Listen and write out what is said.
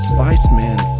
Spiceman